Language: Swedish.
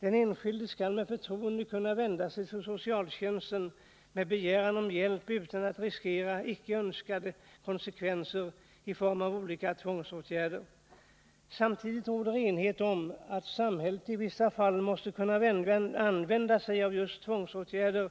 Den enskilde skall med förtroende kunna vända sig till socialtjänsten med begäran om hjälp utan att riskera icke önskade konsekvenser i form av olika tvångsåtgärder. Samtidigt råder enighet om att samhället i vissa fall måste kunna använda sig av tvångsåtgärder